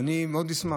אני מאוד אשמח.